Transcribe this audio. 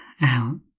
out